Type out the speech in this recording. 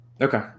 Okay